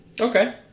Okay